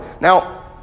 Now